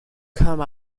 come